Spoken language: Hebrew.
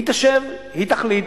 היא תשב, היא תחליט,